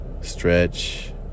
Stretch